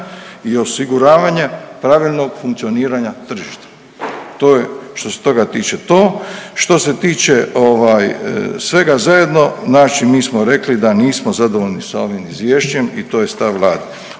i osiguravanja pravilnog funkcioniranja tržišta. To je što se toga tiče to. Što se tiče ovaj svega zajedno naši i mi smo rekli da nismo zadovoljni sa ovim izvješćem i to je stav vlade.